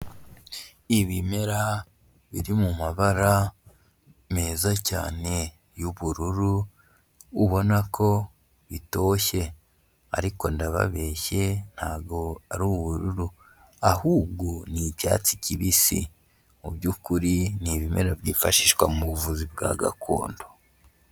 Ibimera biri mu mabara meza cyane y'ubururu, ubona ko bitoshye ariko ndababeshye ntabwo ari ubururu ahubwo ni icyatsi kibisi, mu by'ukuri ni ibimera byifashishwa mu buvuzi bwa gakondo.